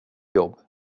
jobb